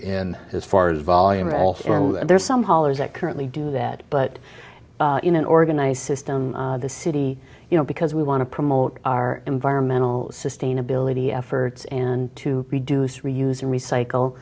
in as far as volumes and there are some hollers that currently do that but in an organized system the city you know because we want to promote our environmental sustainability efforts and to reduce reuse recycle